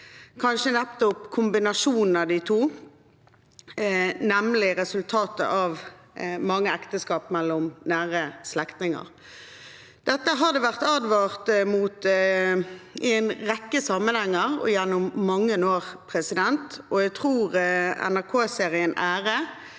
kanskje nettopp kombinasjo nen av de to – nemlig resultatet av mange ekteskap mellom nære slektninger. Dette har det vært advart mot i en rekke sammenhenger og gjennom mange år. Jeg tror NRK-serien Ære,